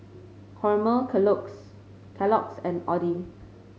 Hormel Kellogg's and Audi